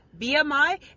BMI